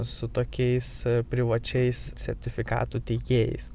su tokiais privačiais sertifikatų tiekėjais